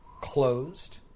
closed